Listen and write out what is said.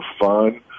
fun